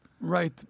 Right